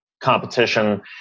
competition